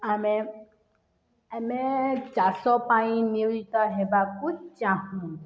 ଆମେ ଆମେ ଚାଷ ପାଇଁ ନିୟୋଜିତ ହେବାକୁ ଚାହୁଁ